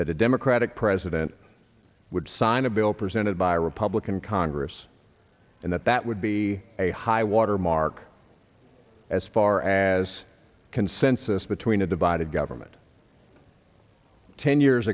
that a democratic president would sign a bill presented by a republican congress and that that would be a high water mark as far as consensus between a divided government ten years